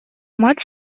мать